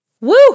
Woo